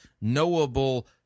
knowable